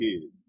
Kid